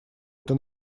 это